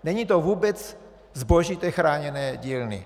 Není to vůbec zboží chráněné dílny.